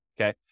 okay